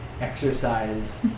exercise